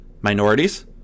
minorities